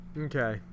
Okay